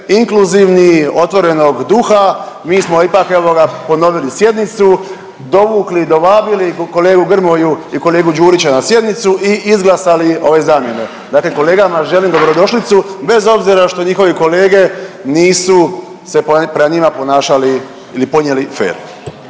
inkluzivni, otvorenog duha mi smo ipak evo ga ponovili sjednicu, dovukli, dovabili kolegu Grmoju i kolegu Đuriću na sjednicu i izglasali ove zamjene. Dakle, kolegama želim dobrodošlicu bez obzira što njihovi kolege nisu se prema njima ponašali ili ponijeli fer.